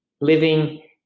living